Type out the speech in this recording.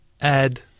add